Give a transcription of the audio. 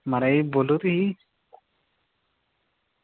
म्हाराज बोल्लो तुस ई